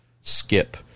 skip